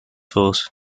force